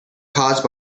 caused